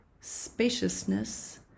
spaciousness